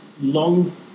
long